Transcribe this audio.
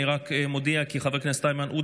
אני רק מודיע כי חבר הכנסת איימן עודה